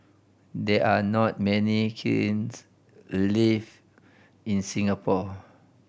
there are not many kilns leaf in Singapore